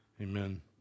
Amen